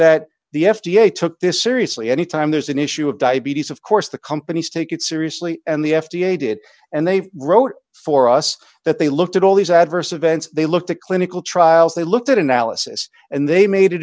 that the f d a took this seriously any time there's an issue of diabetes of course the companies take it seriously and the f d a did and they wrote for us that they looked at all these adverse events they looked at clinical trials they looked at analysis and they made a